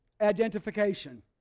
identification